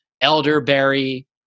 elderberry